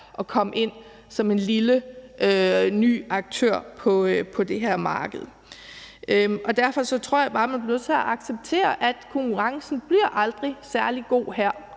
at komme ind som en lille, ny aktør på det her marked. Derfor tror jeg bare, man bliver nødt til at acceptere, at konkurrencen aldrig bliver særlig god her,